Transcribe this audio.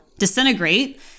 disintegrate